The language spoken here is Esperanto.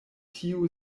tio